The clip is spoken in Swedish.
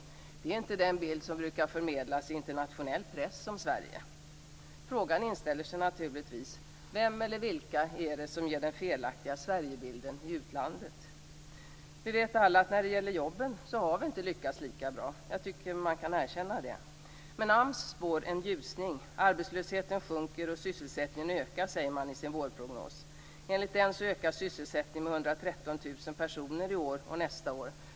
Det är inte den bild som brukar förmedlas i internationell press om Sverige. Frågan inställer sig naturligtvis: Vem eller vilka är det som ger den felaktiga Sverigebilden i utlandet? Vi vet alla att vi inte har lyckats lika bra när det gäller jobben. Jag tycker att man kan erkänna det. Men AMS spår en ljusning. Arbetslösheten sjunker och sysselsättningen ökar, säger man i sin vårprognos. Enligt den ökar sysselsättningen med 113 000 personer i år och nästa år.